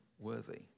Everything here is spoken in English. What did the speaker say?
worthy